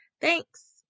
Thanks